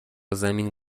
زمین